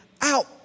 out